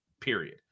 period